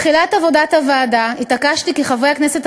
בתחילת עבודת הוועדה התעקשתי כי חברי הכנסת